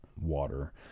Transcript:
water